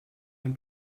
ein